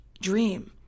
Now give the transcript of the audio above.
dream